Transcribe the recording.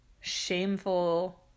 shameful